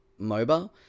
moba